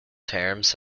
terms